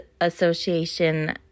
Association